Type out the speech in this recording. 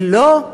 מי לא,